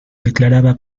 declaraba